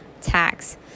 tax